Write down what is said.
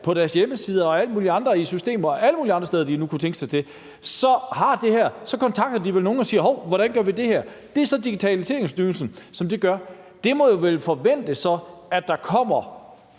på deres hjemmesider, i alle mulige andre systemer og alle mulige andre steder, de nu kunne tænke sig til. Så kontakter de vel nogen og spørger: Hov, hvordan gør vi det her? Det er så Digitaliseringsstyrelsen. Det må vel så forventes, at der nu